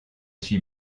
suis